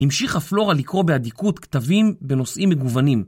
המשיכה פלורה לקרוא באדיקות כתבים בנושאים מגוונים